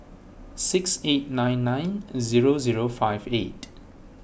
six eight nine nine zero zero five eight